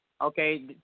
Okay